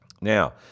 now